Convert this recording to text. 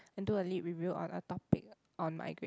and do a lit review on a topic on migra~